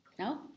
No